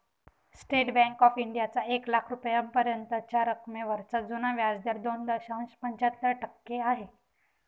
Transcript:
state Bank of इंडियाचा एक लाख रुपयांपर्यंतच्या रकमेवरचा जुना व्याजदर दोन दशांश पंच्याहत्तर टक्के आहे